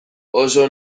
oso